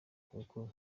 kuko